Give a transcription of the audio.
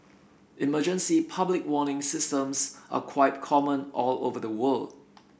emergency public warning systems are quite common all over the world